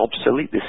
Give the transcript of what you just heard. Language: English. obsolete